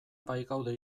baikaude